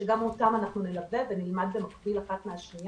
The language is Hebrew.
שגם אותן אנחנו נלווה ונלמד במקביל זו מזו.